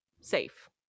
safe